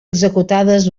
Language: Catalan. executades